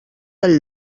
del